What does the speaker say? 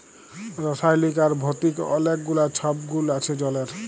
রাসায়লিক আর ভতিক অলেক গুলা ছব গুল আছে জলের